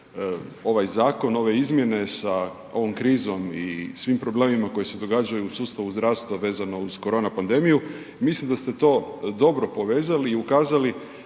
ovaj zakon, ove izmjene sa ovom krizom i svim problemima koji se događaju u sustavu zdravstva vezano uz korona pandemiju i mislim da ste to dobro povezali i ukazali